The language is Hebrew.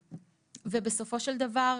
בסופו של דבר,